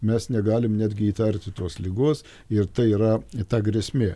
mes negalim netgi įtarti tos ligos ir tai yra ta grėsmė